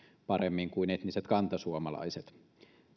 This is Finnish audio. paremmin kuin etniset kantasuomalaiset